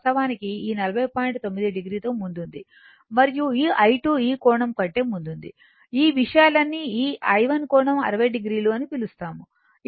9 o తో ముందుంది మరియు i2 ఈ కోణం కంటే ముందుంది ఈ విషయాన్ని ఈ i1 కోణం 60 o అని పిలుస్తాము